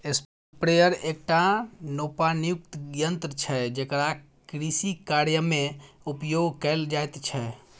sprayer एकटा नोपानियुक्त यन्त्र छै जेकरा कृषिकार्यमे उपयोग कैल जाइत छै